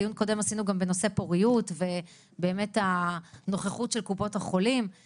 דיון קודם עשינו גם בנושא פוריות ובאמת הנוכחות של קופות החולים.